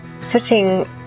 switching